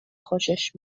خوشش